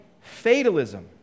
fatalism